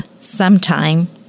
sometime